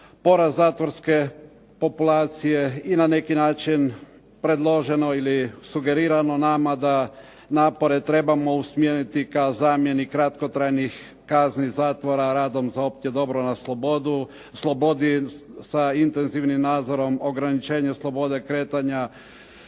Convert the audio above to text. porast zatvorske populacije i na neki način predloženo ili sugerirano nama da napore trebamo usmjeriti ka zamjeni kratkotrajnih kazni zatvora, radom za opće dobro na slobodi sa intenzivnim nadzorom ograničenja slobode kretanja,